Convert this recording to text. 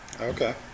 Okay